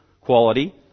quality